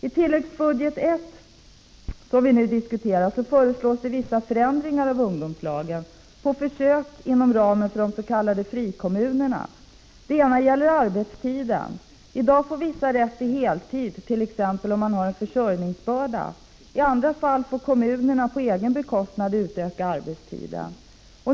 I tilläggsbudget I, som vi nu diskuterar, föreslås vissa förändringar av ungdomslagen. Det skall ske på försök inom ramen för de s.k. frikommu En förändring gäller arbetstiden. I dag har vissa ungdomar rätt till heltid, t.ex. de som har en försörjningsbörda. I andra fall får kommunerna på egen bekostnad utöka arbetstiden.